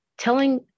Telling